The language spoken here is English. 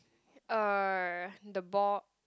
uh the board